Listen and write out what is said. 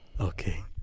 okay